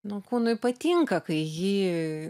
nu kūnui patinka kai jį